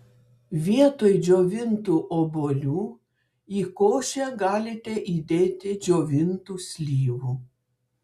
vietoj džiovintų obuolių į košę galite įdėti džiovintų slyvų